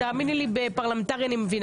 תאמיני לי בפרלמנטרי אני מבינה